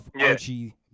Archie